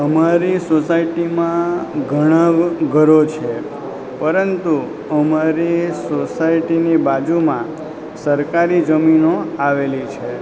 અમારી સોસાયટીમાં ઘણાં ઘરો છે પરંતુ અમારી સોસાયટીની બાજુમાં સરકારી જમીનો આવેલી છે